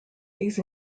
these